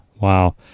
Wow